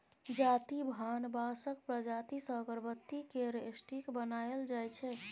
जाति भान बाँसक प्रजाति सँ अगरबत्ती केर स्टिक बनाएल जाइ छै